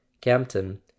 Campton